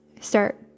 start